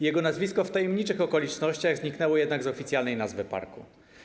Jego nazwisko w tajemniczych okolicznościach zniknęło jednak z oficjalnej nazwy parku.